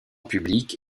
public